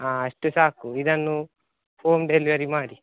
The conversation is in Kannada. ಹಾಂ ಅಷ್ಟು ಸಾಕು ಇದನ್ನು ಹೋಮ್ ಡೆಲಿವರಿ ಮಾಡಿ